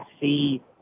see